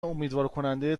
امیدوارکننده